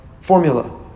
formula